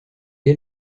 est